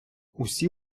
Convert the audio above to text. усі